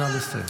נא לסיים.